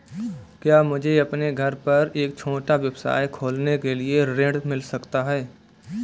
क्या मुझे अपने घर पर एक छोटा व्यवसाय खोलने के लिए ऋण मिल सकता है?